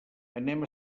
anem